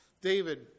David